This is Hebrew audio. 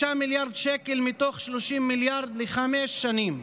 6 מיליארד שקל מתוך 30 מיליארד לחמש שנים.